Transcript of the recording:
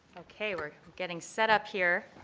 okay, we're getting setup here.